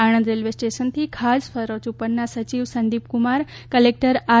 Anand railway સ્ટેશનથી ખાસ ફરજ ઉપરનાં સયિવ સંદિપક્રમાર કલેક્ટર આર